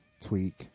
Tweak